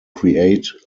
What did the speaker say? create